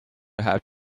have